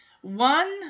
One